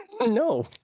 No